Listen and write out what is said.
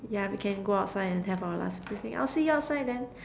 yeah we can go outside and have our last briefing I'll see you outside then